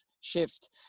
shift